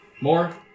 More